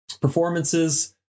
performances